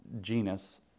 genus